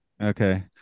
Okay